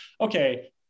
okay